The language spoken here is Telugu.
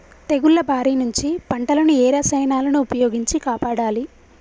తెగుళ్ల బారి నుంచి పంటలను ఏ రసాయనాలను ఉపయోగించి కాపాడాలి?